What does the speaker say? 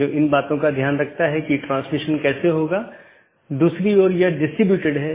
यहां R4 एक स्रोत है और गंतव्य नेटवर्क N1 है इसके आलावा AS3 AS2 और AS1 है और फिर अगला राउटर 3 है